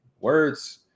words